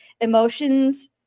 emotions